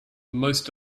most